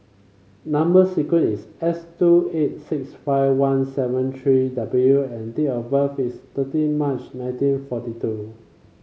number sequence is S two eight six five one seven three W and date of birth is thirteen March nineteen forty two